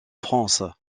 france